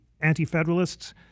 anti-federalists